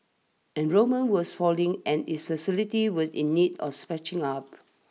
enrolment was falling and its facilities was in need of sprucing up